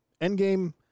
Endgame